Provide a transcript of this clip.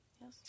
Yes